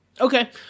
Okay